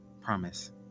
promise